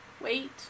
wait